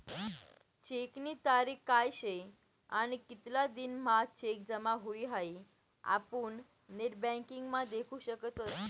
चेकनी तारीख काय शे आणि कितला दिन म्हां चेक जमा हुई हाई आपुन नेटबँकिंग म्हा देखु शकतस